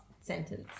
sentence